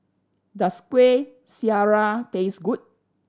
does Kueh Syara taste good